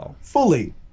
fully